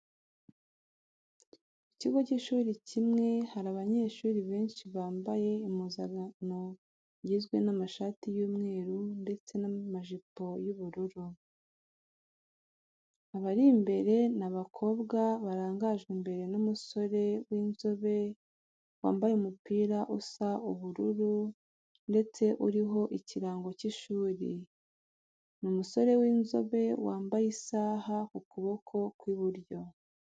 Ku kigo cy'ishuri kimwe hari abanyeshuri benshi bambaye impuzankano igizwe n'amashati y'umweru ndetse n'amajipo y'ubururu. Abari imbere ni abakobwa barangajwe imbere n'umusore w'inzobe wambaye umupira usa ubururu ndetse uriho ikirango cy'ishuri. Ni umusore w'inzobe wambaye isaha ku kuboko kw'iburyo.